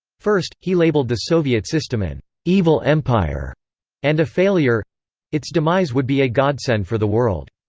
first, he labeled the soviet system an evil empire and a failure its demise would be a godsend for the world.